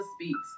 Speaks